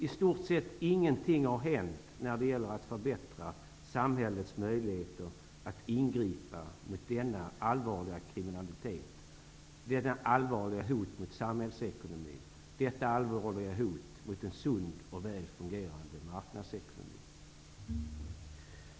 I stort sett ingenting har hänt när det gäller att förbättra samhällets möjligheter att ingripa mot denna allvarliga kriminalitet, detta allvarliga hot mot samhällsekonomin, detta allvarliga hot mot en sund och väl fungerande marknadsekonomi.